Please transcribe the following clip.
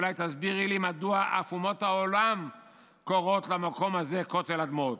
אולי תסבירי לי מדוע אף אומות העולם קוראות למקום הזה כותל הדמעות?"